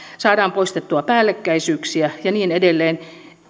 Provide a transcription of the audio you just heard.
saadaan poistettua päällekkäisyyksiä ja niin edelleen